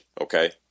okay